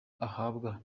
ahabwa